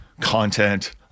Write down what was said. content